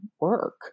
work